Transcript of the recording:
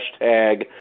hashtag